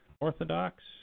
orthodox